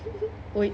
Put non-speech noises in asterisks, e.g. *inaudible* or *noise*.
*laughs* 我